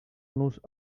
nos